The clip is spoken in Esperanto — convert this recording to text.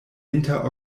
inter